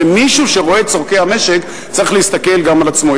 ומי שרואה את צורכי המשק, צריך להסתכל גם על עצמו.